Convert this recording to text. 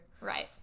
right